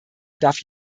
darf